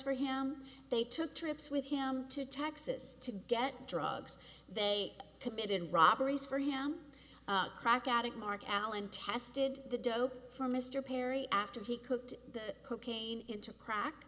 for him they took trips with him to texas to get drugs they committed robberies for him crack addict mark allen tested the dope for mr perry after he cooked the cocaine into crack